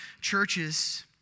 churches